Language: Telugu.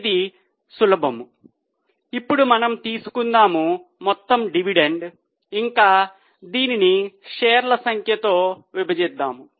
ఇది సులభం ఇప్పుడు మనము తీసుకుందాము మొత్తం డివిడెండ్ ఇంకా దీనిని షేర్ల సంఖ్య తో విభజిస్తాము